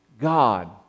God